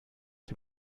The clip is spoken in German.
dem